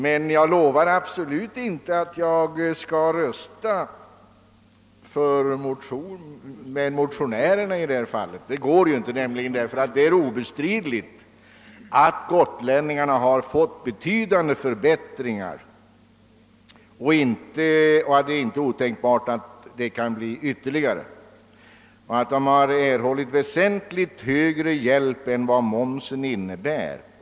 Men jag lovar absolut inte att rösta med motionärerna i detta fall. Gotlänningarna har obestridligen fått betydande förbättringar, och det är inte otänkbart att det kan bli ytterligare förbättringar; de har erhållit väsentligt bättre hjälp än den belastning som momsen innebär.